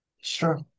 Sure